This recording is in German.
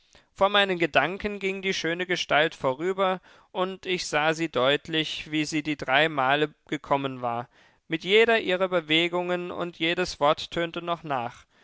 vor meinen gedanken ging die schöne gestalt vorüber und ich sah sie deutlich wie sie die drei male gekommen war mit jeder ihrer bewegungen und jedes wort tönte noch nach